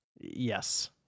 Yes